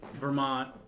Vermont